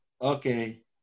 Okay